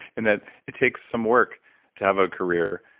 and that it takes some work to have a career,